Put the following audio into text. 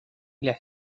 las